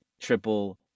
triple